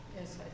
Yes